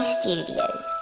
Studios